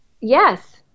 Yes